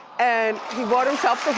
and he bought himself